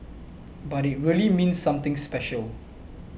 but it really means something special